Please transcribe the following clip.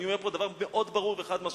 אני אומר פה דבר מאוד ברור וחד-משמעי: